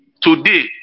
today